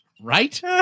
Right